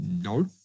No